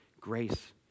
Grace